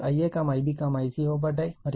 మరియు Ia Ib Ic ఇవ్వబడ్డాయి